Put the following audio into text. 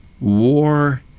war